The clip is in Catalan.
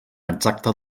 exacte